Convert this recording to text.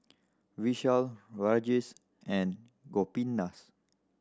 Vishal Rajesh and Gopinath